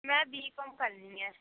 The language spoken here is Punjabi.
ਮੈਂ ਬੀ ਕੌਮ ਕਰਨੀ ਹੈ